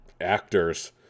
actors